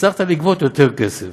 הצלחת לגבות יותר כסף.